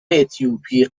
اتیوپی